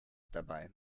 dabei